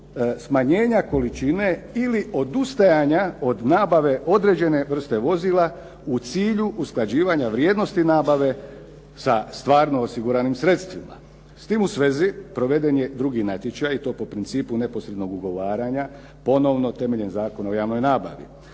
smanjenja količine ili odustajanja od nabave određene vrste vozila u cilju usklađivanja vrijednosti nabave sa stvarno osiguranim sredstvima. S time u svezi proveden je drugi natječaj i to po principu neposrednog ugovaranja, ponovno temeljem Zakona o javnoj nabavi.